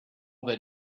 that